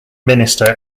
minister